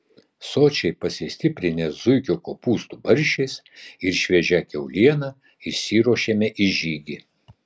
sočiai pasistiprinę zuikio kopūstų barščiais ir šviežia kiauliena išsiruošėme į žygį